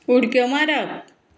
उडक्यो मारप